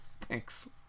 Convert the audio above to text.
Thanks